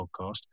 podcast